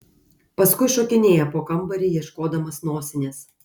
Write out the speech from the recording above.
paskui šokinėja po kambarį ieškodamas nosinės